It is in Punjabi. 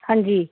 ਹਾਂਜੀ